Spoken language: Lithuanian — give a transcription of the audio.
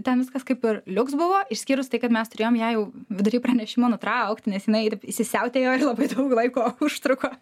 ten viskas kaip ir liuks buvo išskyrus tai kad mes turėjom ją jau vidury pranešimo nutraukt nes jinai ir įsisiautėjo ir labai daug laiko užtruko